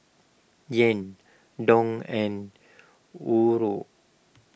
Yen Dong and Euro